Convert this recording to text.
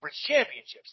championships